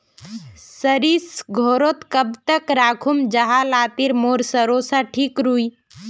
सरिस घोरोत कब तक राखुम जाहा लात्तिर मोर सरोसा ठिक रुई?